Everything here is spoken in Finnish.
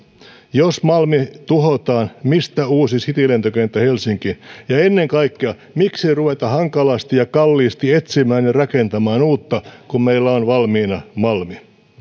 jos malmi tuhotaan mistä uusi citylentokenttä helsinkiin ja ennen kaikkea miksi ruveta hankalasti ja kalliisti etsimään ja rakentamaan uutta kun meillä on valmiina malmi